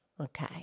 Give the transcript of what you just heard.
Okay